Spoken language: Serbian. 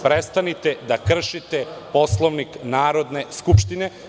Prestanite da kršite Poslovnik Narodne skupštine.